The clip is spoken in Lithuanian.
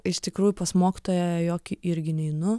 iš tikrųjų pas mokytoją jokį irgi neinu